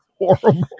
Horrible